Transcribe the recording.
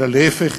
אלא להפך,